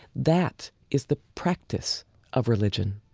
that is the practice of religion.